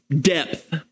depth